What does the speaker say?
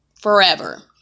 forever